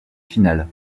final